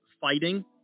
fighting